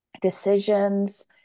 decisions